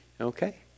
okay